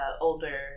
older